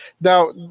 Now